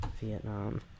vietnam